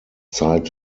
zeit